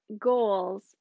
goals